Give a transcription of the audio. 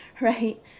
right